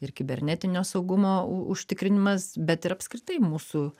ir kibernetinio saugumo užtikrinimas bet ir apskritai mūsų